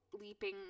leaping